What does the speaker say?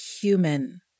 human